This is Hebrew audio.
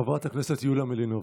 חברת הכנסת יוליה מלינובסקי,